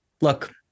look